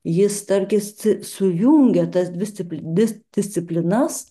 jis tarkis sujungia tas discip disciplinas